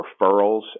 referrals